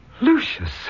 Lucius